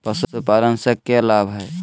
पशुपालन से के लाभ हय?